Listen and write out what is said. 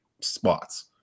spots